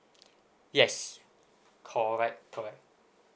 yes correct correct